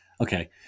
Okay